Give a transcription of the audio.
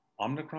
omnicron